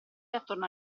attorno